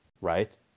right